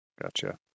Gotcha